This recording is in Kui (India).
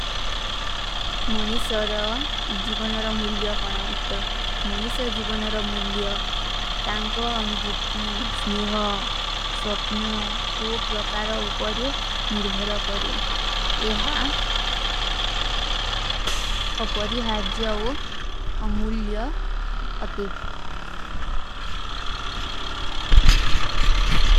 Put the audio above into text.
ମନୀଶାରା ଜୀଵନାରା ମୁଲ୍ଯା କାନା ଉତ୍ତର। ମନୀଶାରା ଜୀଵନାରା ମୁଲ୍ଯା ତାଂକା ଅନୁଭୂତି, ସ୍ନେହା, ସପ୍ନା ଓ ପ୍ରକାରା ଉପରେ ନିର୍ଭରା କରେଂ। ଏହାଁ ଅପରୀହାର୍ଜ୍ଯାଓ ଅମୁଲ୍ଯା ଅତେ।